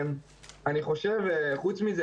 חוץ מזה,